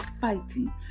fighting